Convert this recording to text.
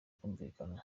kumvikana